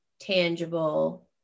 tangible